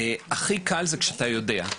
הכי קל זה כשאתה יודע.